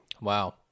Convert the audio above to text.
Wow